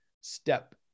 step